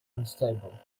unstable